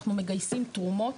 אנחנו מגייסים תרומות.